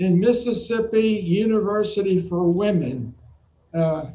in mississippi university for women